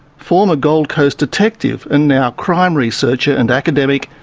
former gold coast detective and now crime researcher and academic,